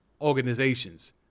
organizations